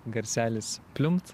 garselis pliumpt